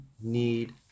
need